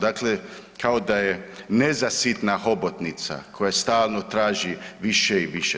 Dakle, kao da je nezasitna hobotnica koja stalno traži više i više.